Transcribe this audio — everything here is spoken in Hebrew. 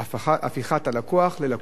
הפיכת הלקוח ללקוח משפטי.